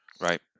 right